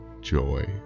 joy